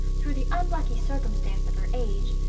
through the unlucky circumstance of her age,